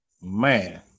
Man